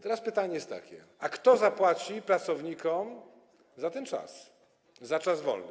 Teraz pytanie jest takie: Kto zapłaci pracownikom za ten czas, za czas wolny?